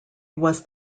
was